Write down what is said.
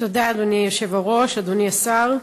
אדוני היושב-ראש, תודה, אדוני השר,